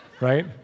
right